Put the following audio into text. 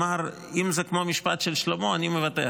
אמר: אם זה כמו המשפט של שלמה, אני מוותר.